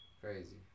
Crazy